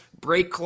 break